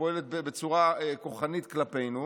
פועלת בצורה כוחנית כלפינו.